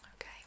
okay